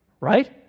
right